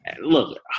Look